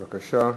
בבקשה.